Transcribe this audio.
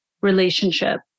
relationship